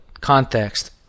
context